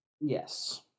Yes